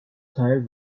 teil